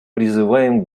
призываем